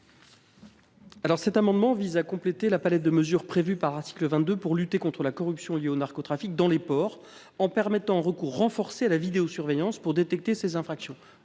Cet amendement vise à compléter la palette de mesures prévues par l’article 22 pour lutter contre la corruption liée au narcotrafic dans les ports en permettant un recours renforcé à la vidéosurveillance, afin de détecter ces infractions.